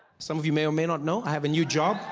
sort of you may or may not know i have a new job,